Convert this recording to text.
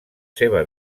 seva